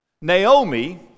Naomi